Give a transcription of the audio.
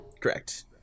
Correct